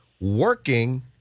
working